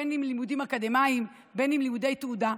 בין שאלה לימודים אקדמיים, בין שאלה לימודי תעודה,